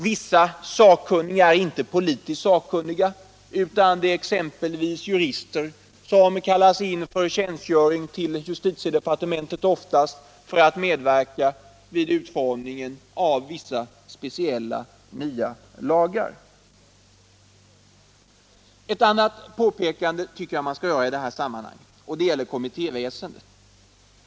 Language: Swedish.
Vissa sakkunniga är inte politiskt sakkunniga utan exempelvis jurister, som kallas in för tjänstgöring till justitiedepartementet oftast för att medverka vid utformningen av vissa speciella nya lagar. Ett annat påpekande som bör göras i detta sammanhang gäller kommittéväsendet.